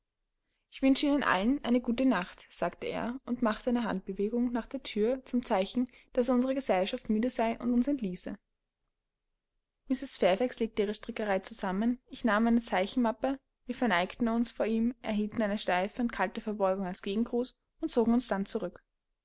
ich wünsche ihnen allen eine gute nacht sagte er und machte eine handbewegung nach der thür zum zeichen daß er unserer gesellschaft müde sei und uns entließe mrs fairfax legte ihre strickerei zusammen ich nahm meine zeichenmappe wir verneigten uns vor ihm erhielten eine steife und kalte verbeugung als gegengruß und zogen uns dann zurück